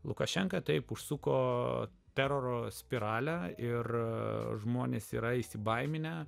lukašenka taip užsuko teroro spiralę ir žmonės yra įsibaiminę